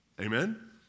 Amen